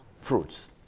fruits